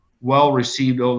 well-received